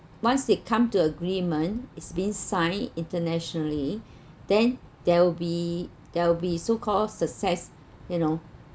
once they come to agreement is been signed internationally then there'll be there'll be so called success you know